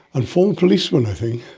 and former policeman i think.